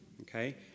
okay